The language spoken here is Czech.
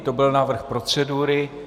To byl návrh procedury.